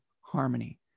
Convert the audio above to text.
harmony